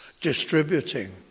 distributing